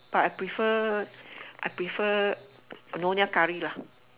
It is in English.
but I prefer I prefer nyonya curry lah